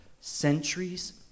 centuries